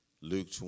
Luke